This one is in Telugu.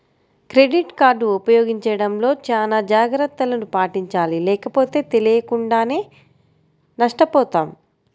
క్రెడిట్ కార్డు ఉపయోగించడంలో చానా జాగర్తలను పాటించాలి లేకపోతే తెలియకుండానే నష్టపోతాం